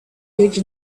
huge